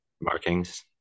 Markings